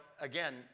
again